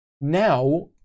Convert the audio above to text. Now